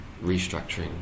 restructuring